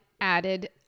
added